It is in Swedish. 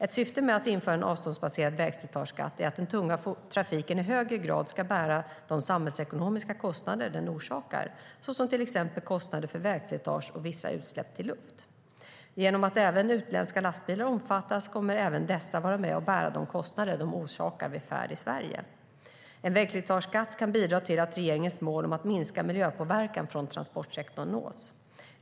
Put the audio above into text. Ett syfte med att införa en avståndsbaserad vägslitageskatt är att den tunga trafiken i högre grad ska bära de samhällsekonomiska kostnader den orsakar, såsom kostnader för vägslitage och vissa utsläpp till luft. Genom att även utländska lastbilar omfattas kommer även dessa att vara med och bära de kostnader de orsakar vid färd i Sverige. En vägslitageskatt kan bidra till att regeringens mål om att minska miljöpåverkan från transportsektorn nås.